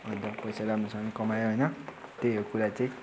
अन्त पैसा राम्रोसँगले कमाएँ होइन त्यही हो कुरा चाहिँ